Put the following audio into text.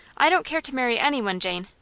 i don't care to marry any one, jane.